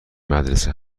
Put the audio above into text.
مدرسه